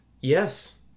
Yes